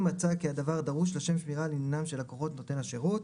אם מצא כי הדבר דרוש לשם שמירה על עניינם של לקוחות נותן השירות.